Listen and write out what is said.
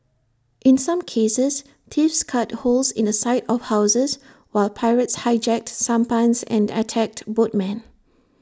in some cases thieves cut holes in the side of houses while pirates hijacked sampans and attacked boatmen